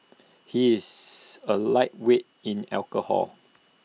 he is A lightweight in alcohol